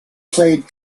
played